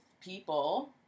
people